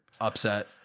upset